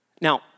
Now